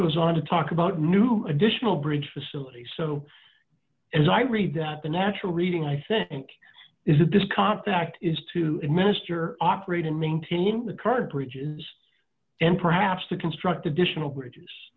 goes on to talk about new additional bridge facilities so as i read that the natural reading i think and is that this contact is to administer operate and maintain the current bridges and perhaps to construct additional bridges